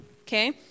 okay